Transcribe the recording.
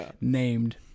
named